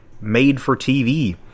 made-for-TV